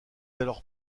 alors